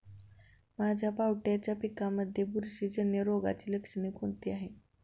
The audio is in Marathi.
माझ्या पावट्याच्या पिकांमध्ये बुरशीजन्य रोगाची लक्षणे कोणती आहेत?